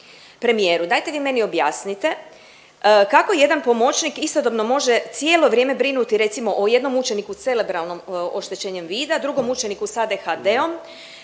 Premijeru dajte vi meni objasnite kako jedan pomoćnik istodobno može cijelo vrijeme brinuti recimo o jednom učeniku s cerebralnom oštećenjem vida, drugom učeniku s ADHD-om,